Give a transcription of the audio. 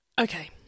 Okay